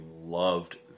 loved